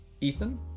Ethan